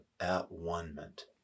at-one-ment